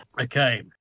Okay